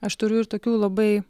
aš turiu ir tokių labai